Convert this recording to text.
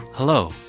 Hello